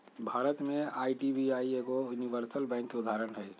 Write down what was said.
भारत में आई.डी.बी.आई एगो universal bank के उदाहरण हइ